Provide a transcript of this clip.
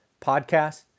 podcast